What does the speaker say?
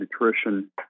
nutrition